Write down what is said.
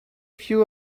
few